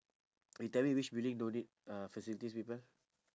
you tell me which building don't need uh facilities people